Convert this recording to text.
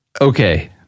Okay